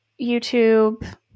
YouTube